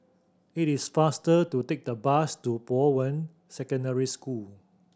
it is faster to take the bus to Bowen Secondary School